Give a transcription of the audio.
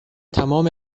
تمام